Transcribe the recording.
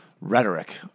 rhetoric